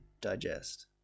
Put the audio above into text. digest